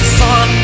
sun